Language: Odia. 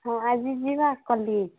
ହଁ ଆଜି ଯିବା କଲେଜ୍